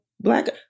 black